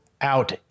out